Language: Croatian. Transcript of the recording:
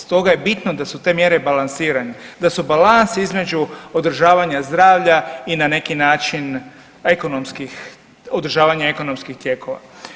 Stoga je bitno da su te mjere balansirane, da su balans između održavanja zdravlja i na neki način ekonomskih, održavanja ekonomskih tijekova.